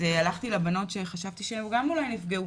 אז הלכתי לבנות אחרות שחשבתי שהן גם אולי נפגעו,